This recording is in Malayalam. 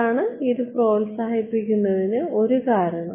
അതാണ് ഇത് പ്രോത്സാഹിപ്പിക്കുന്നതിന് ഒരു കാരണം